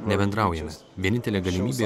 nebendraujam vienintelė galimybė